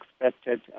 expected